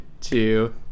two